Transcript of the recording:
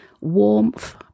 warmth